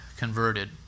Converted